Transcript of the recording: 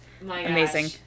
Amazing